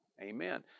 Amen